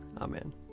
Amen